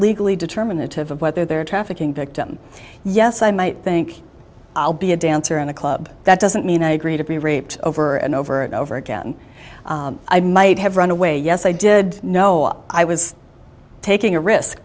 legally determinative of whether they're trafficking victim yes i might think i'll be a dancer in a club that doesn't mean i agree to be raped over and over and over again i might have run away yes i did know i was taking a risk